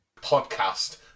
podcast